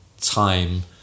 time